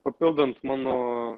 papildant mano